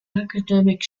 academic